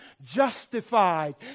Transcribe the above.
justified